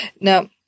Now